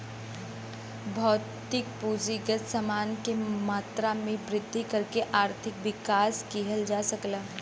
भौतिक पूंजीगत समान के मात्रा में वृद्धि करके आर्थिक विकास किहल जा सकला